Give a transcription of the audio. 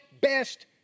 best